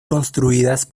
construidas